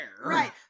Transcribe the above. Right